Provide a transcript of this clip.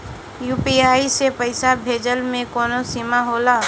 UPI से पईसा भेजल के कौनो सीमा होला?